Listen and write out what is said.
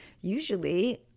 usually